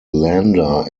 lander